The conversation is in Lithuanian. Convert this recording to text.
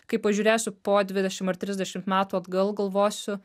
kai pažiūrėsiu po dvidešimt ar trisdešimt metų atgal galvosiu